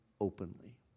openly